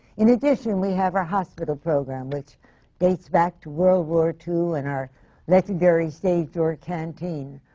in addition, we have our hospital program, which dates back to world war two and our legendary stage door canteen.